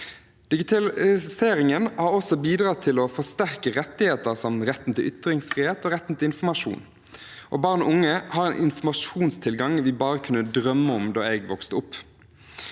Digitaliseringen har også bidratt til å forsterke rettigheter, som retten til ytringsfrihet og retten til infor masjon. Barn og unge har en informasjonstilgang vi bare kunne drømme om da jeg vokste opp.